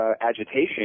agitation